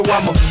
I'ma